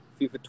FIFA